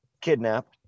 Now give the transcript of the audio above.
kidnapped